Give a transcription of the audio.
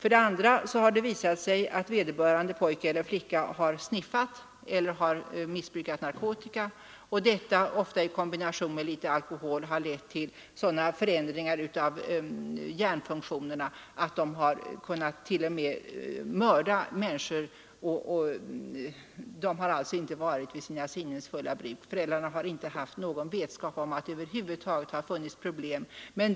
Vidare har det visat sig att vederbörande pojke eller flicka har sniffat eller missbrukat narkotika, och detta — ofta i kombination med litet alkohol — har lett till sådana förändringar i hjärnfunktionerna att han eller hon t.o.m. har kunnat mörda människor. De har alltså inte varit vid sina sinnens fulla bruk, men föräldrarna har inte haft någon vetskap om att det över huvud taget har funnits problem.